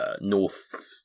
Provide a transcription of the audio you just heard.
north